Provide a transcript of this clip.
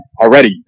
already